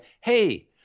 hey